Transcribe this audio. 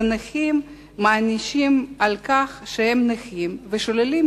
את הנכים מענישים על כך שהם נכים ושוללים